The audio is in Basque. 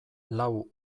lau